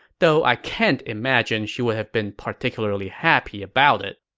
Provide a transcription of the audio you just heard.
though i can't imagine she would have been particularly happy about it.